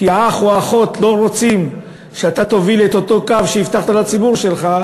כי האח או האחות לא רוצים שאתה תוביל את אותו קו שהבטחת לציבור שלך,